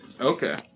Okay